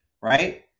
right